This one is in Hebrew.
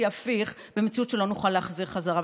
הפיך במציאות שלא נוכל להחזיר חזרה.